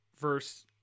Versus